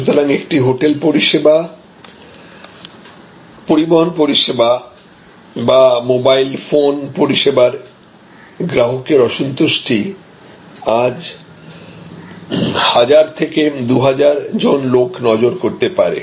সুতরাং একটা হোটেল পরিষেবা পরিবহন পরিষেবা বা মোবাইল ফোন পরিষেবার গ্রাহকের অসন্তুষ্টি আজ 1000 থেকে 2000 জন লোক নজর করতে পারে